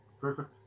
Perfect